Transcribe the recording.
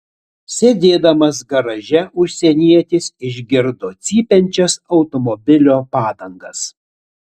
sėdėdamas garaže užsienietis išgirdo cypiančias automobilio padangas